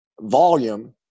volume